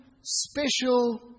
special